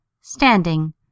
Standing